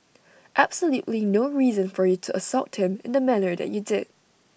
absolutely no reason for you to assault him in the manner that you did